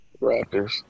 Raptors